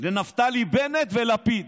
לנפתלי בנט ולפיד,